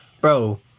Bro